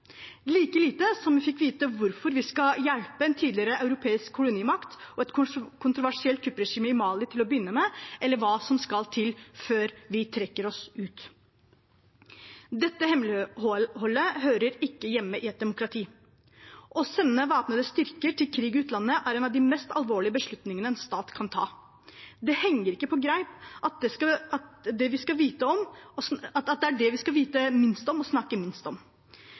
like lite som vi til å begynne med fikk vite hvorfor vi skal hjelpe en tidligere europeisk kolonimakt og et kontroversielt kuppregime i Mali, eller hva som skal til før vi trekker oss ut. Dette hemmeligholdet hører ikke hjemme i et demokrati. Å sende væpnede styrker i krig i utlandet er en av de mest alvorlige beslutningene en stat kan ta. Det henger ikke på greip at det er det vi skal vite minst om og snakke minst om. Det